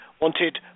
wanted